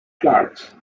clarks